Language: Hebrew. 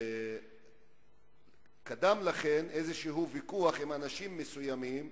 וקדם לכך ויכוח עם אנשים מסוימים,